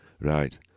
Right